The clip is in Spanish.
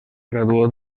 graduó